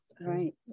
Right